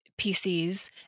PCs